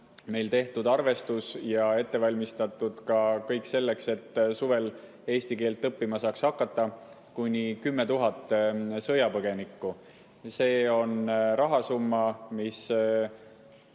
meil tehtud arvestus ja ette valmistatud kõik selleks, et suvel saaks eesti keelt õppima hakata kuni 10 000 sõjapõgenikku. See rahasumma on